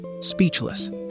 speechless